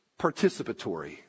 participatory